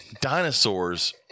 dinosaurs